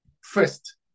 first